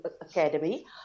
Academy